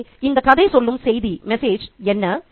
எனவே இந்த கதை சொல்லும் செய்தி என்ன